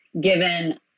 given